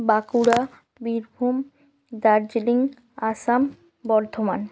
Bankura Birbhum Darjeeling Assam Bardhaman